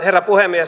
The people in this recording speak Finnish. herra puhemies